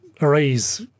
arise